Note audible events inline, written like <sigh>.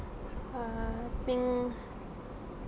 <breath> err think